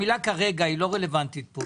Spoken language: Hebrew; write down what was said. לפיה המילה "כרגע" היא לא רלוונטית פה,